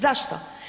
Zašto?